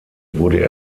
wurde